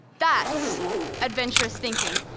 that's adventurous thinking.